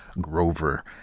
grover